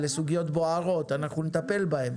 אלה סוגיות בוערות שאנחנו נטפל בהן,